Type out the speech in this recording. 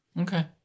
Okay